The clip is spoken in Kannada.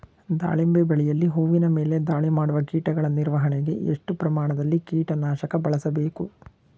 ದಾಳಿಂಬೆ ಬೆಳೆಯಲ್ಲಿ ಹೂವಿನ ಮೇಲೆ ದಾಳಿ ಮಾಡುವ ಕೀಟಗಳ ನಿರ್ವಹಣೆಗೆ, ಎಷ್ಟು ಪ್ರಮಾಣದಲ್ಲಿ ಕೀಟ ನಾಶಕ ಬಳಸಬೇಕು?